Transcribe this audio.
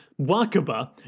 Wakaba